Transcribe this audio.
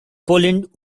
poland